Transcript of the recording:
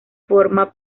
forma